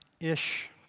ish